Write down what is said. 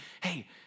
hey